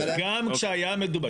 גם כשהיה מדובר,